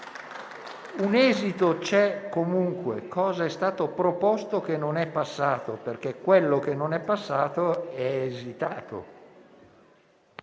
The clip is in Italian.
un esito c'è comunque: cosa è stato proposto che non è passato? Quello che non è passato è esitato.